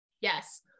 Yes